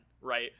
right